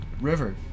River